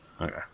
Okay